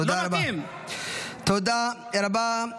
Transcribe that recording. תודה רבה.